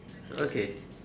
okay